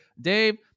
Dave